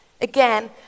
Again